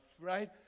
Right